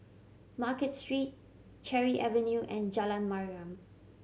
Market Street Cherry Avenue and Jalan Mariam